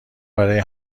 برای